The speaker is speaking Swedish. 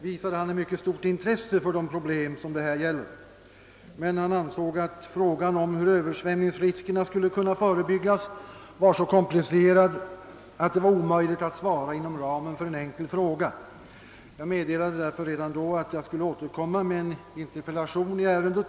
visade han ett mycket stort intresse för de problem det här gäller, men han ansåg att frågan om hur Översvämningsriskerna skulle kunna förebyggas var så komplicerad, att det var omöjligt att svara inom ramen för en enkel fråga. Jag meddelade därför redan då, att jag skulle återkomma med en interpellation i ärendet.